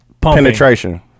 penetration